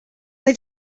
they